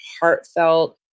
heartfelt